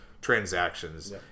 transactions